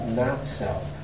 not-self